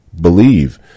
Believe